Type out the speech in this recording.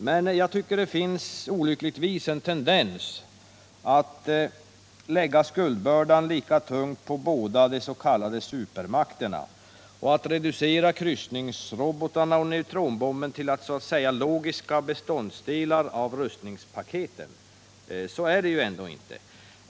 Men där finns olyckligtvis en tendens att lägga skuldbördan lika tungt på båda de s.k. supermakterna och att reducera kryssningsrobotarna och neutronbomben till så att säga logiska beståndsdelar av rustningspaketen. Så är det ju ändå inte.